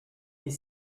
les